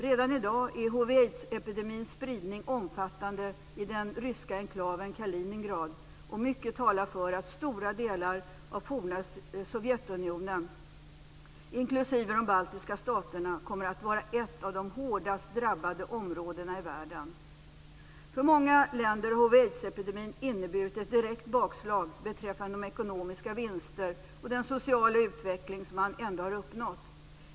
Redan i dag är hiv aids-epidemin inneburit ett direkt bakslag beträffande de ekonomiska vinster och den sociala utveckling som man ändå har uppnått.